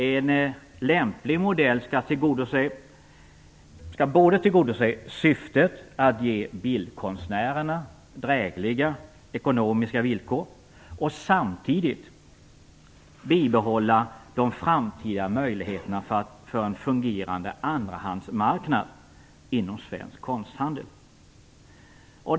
En lämplig modell skall både tillgodose syftet att ge bildkonstnärerna drägliga ekonomiska villkor och samtidigt bibehålla de framtida möjligheterna för en fungerande andrahandsmarknad inom svensk konsthandel.